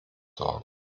sorgen